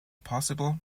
possible